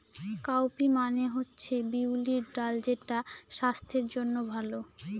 cowpea মানে হচ্ছে বিউলির ডাল যেটা স্বাস্থ্যের জন্য ভালো